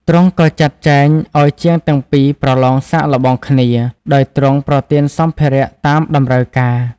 ទ្រង់ក៏ចាត់ចែងឱ្យជាងទាំងពីរប្រឡងសាកល្បងគ្នា ដោយទ្រង់ប្រទានសម្ភារៈតាមតម្រូវការ។